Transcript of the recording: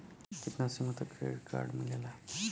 कितना सीमा तक के क्रेडिट कार्ड मिलेला?